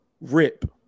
rip